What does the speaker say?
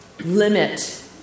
limit